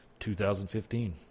2015